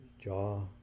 jaw